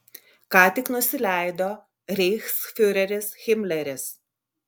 ką tik nusileido reichsfiureris himleris